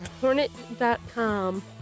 hornet.com